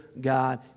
God